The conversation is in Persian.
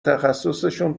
تخصصشون